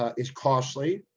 ah it's costly,